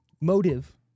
motive